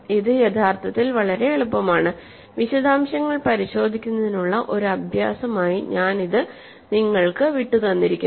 ഇത് യഥാർത്ഥത്തിൽ വളരെ എളുപ്പമാണ് വിശദാംശങ്ങൾ പരിശോധിക്കുന്നതിനുള്ള ഒരു അഭ്യാസമായി ഞാൻ ഇത് നിങ്ങൾക്കു വിട്ടുതന്നിരിക്കുന്നു